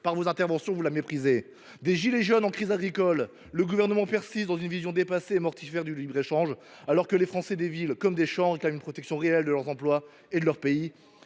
par vos interventions, vous la méprisez. De crise des « gilets jaunes » en crises agricoles, le Gouvernement persiste dans une vision dépassée et mortifère du libre échange, alors que les Français des villes comme des champs réclament une protection réelle de leurs emplois et de leur pays.